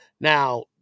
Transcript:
Now